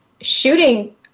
shooting